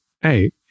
hey